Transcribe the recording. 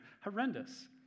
horrendous